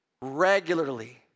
regularly